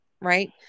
right